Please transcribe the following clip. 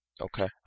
Okay